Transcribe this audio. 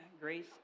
grace